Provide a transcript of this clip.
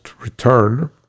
return